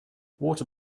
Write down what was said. water